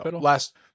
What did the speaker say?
last